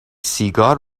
سیگار